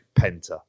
Penta